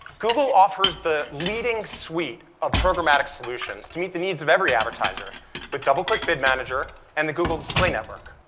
google offers the leading suite of programmatic solutions to meet the needs of every advertiser with doubleclick bid manager and the google display network.